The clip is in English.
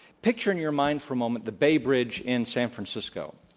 picture in your mind for a moment the bay bridge in san francisco.